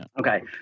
Okay